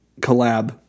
collab